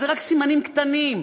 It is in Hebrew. זה רק סימנים קטנים,